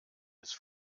ist